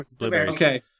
Okay